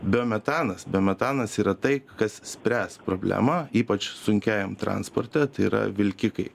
biometanas biometanas yra tai kas spręs problemą ypač sunkiajam transporte tai yra vilkikai